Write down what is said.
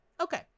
okay